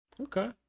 Okay